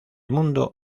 mundo